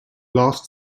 last